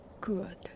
good